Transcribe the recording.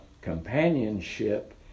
companionship